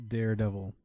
Daredevil